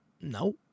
No